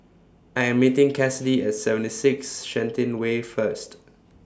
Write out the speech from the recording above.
I Am meeting Cassidy At seventy six Shenton Way First